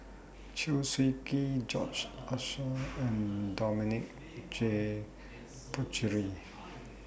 Chew Swee Kee George Oehlers and Dominic J Puthucheary